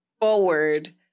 forward